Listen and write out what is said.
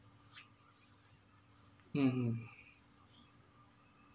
mmhmm